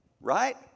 right